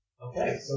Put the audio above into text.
Okay